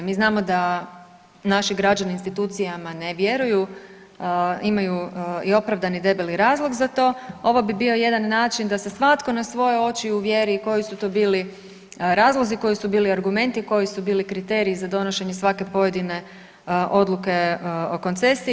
Mi znamo da naši građani institucijama ne vjeruju, imaju i opravdani debeli razlog za to, ovo bi bio jedan način da se svatko na svoje oči uvjeri koji su to bili razlozi, koji su bili argumenti, koji su bili kriteriji za donošenje svake pojedine odluke o koncesiji.